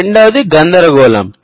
రెండవది గందరగోళం